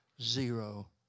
Zero